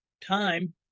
time